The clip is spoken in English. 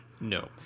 No